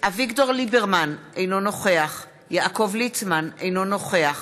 אביגדור ליברמן, אינו נוכח יעקב ליצמן, אינו נוכח